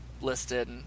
listed